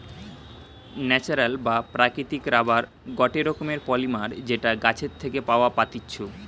natural বা প্রাকৃতিক rubber গটে রকমের পলিমার যেটা গাছের থেকে পাওয়া পাত্তিছু